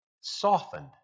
softened